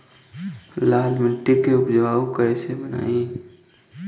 लाल मिट्टी के उपजाऊ कैसे बनाई?